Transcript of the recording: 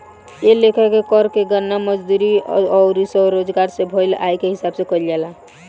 ए लेखा के कर के गणना मजदूरी अउर स्वरोजगार से भईल आय के हिसाब से कईल जाला